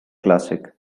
classic